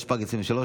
התשפ"ג 2023,